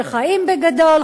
שחיים בגדול,